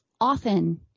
often